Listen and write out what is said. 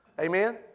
Amen